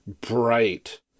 bright